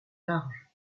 larges